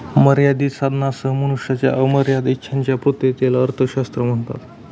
मर्यादित साधनांसह मनुष्याच्या अमर्याद इच्छांच्या पूर्ततेला अर्थशास्त्र म्हणतात